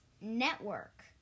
Network